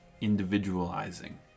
individualizing